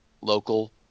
local